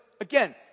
again